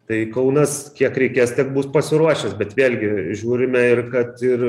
tai kaunas kiek reikės tiek bus pasiruošęs bet vėlgi žiūrime ir kad ir